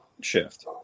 shift